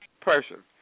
person